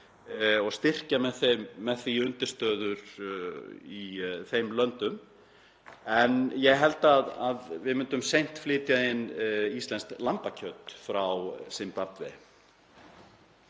og styrkja með því undirstöður í þeim löndum, en ég held að við myndum seint flytja inn íslenskt lambakjöt frá Simbabve.